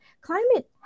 climate